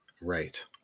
right